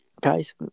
Guys